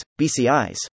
BCIs